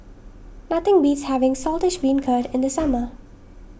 nothing beats having Saltish Beancurd in the summer